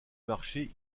marché